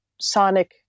sonic